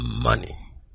money